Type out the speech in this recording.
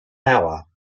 hour